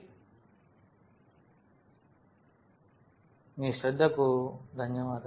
మరియు మీ శ్రద్ధకు ధన్యవాదాలు